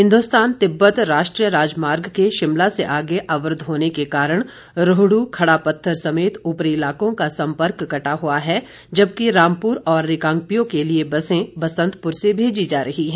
हिन्दुस्तान तिब्बत राष्ट्रीय राजमार्ग के शिमला से आगे अवरूद्व होने के कारण रोहड्र खड़ापत्थर समेत उपरी इलाकों का संपर्क कटा हुआ है जबकि रामपुर और रिकांगपिओ के लिए बसें बसंतपुर से भेजी जा रही हैं